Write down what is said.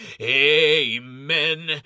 Amen